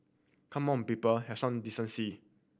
come on people have some decency